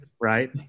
Right